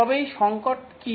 তবে এই সঙ্কট কী